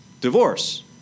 Divorce